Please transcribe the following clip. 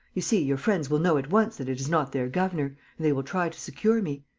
you see, your friends will know at once that it is not their governor and they will try to secure me.